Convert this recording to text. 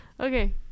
Okay